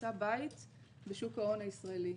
ימצא בית בשוק ההון הישראלי.